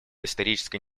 историческое